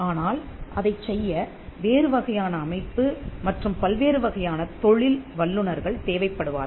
ஆனால் அதைச் செய்ய வேறு வகையான அமைப்பு மற்றும் பல்வேறு வகையான தொழில் வல்லுநர்கள் தேவைப்படுவார்கள்